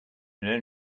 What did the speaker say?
have